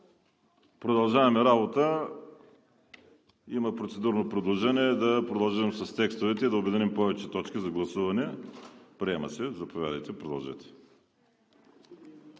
Продължаваме работа. Има процедурно предложение да продължим с текстовете и да обединим повече точки за гласуване. Приема се предложението. Заповядайте,